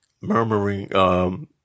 murmuring